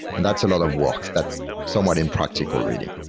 and that's a lot of work. that's somewhat impractical really.